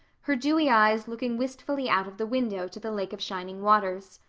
her dewy eyes looking wistfully out of the window to the lake of shining waters.